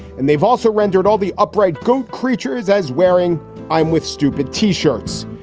and they've also rendered all the upright go creatures as wearing i'm with stupid t shirts,